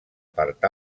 part